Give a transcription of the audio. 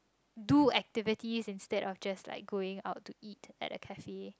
do activities instead of just like going out to eat at the cafe